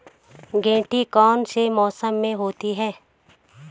गेंठी कौन से मौसम में होती है?